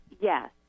Yes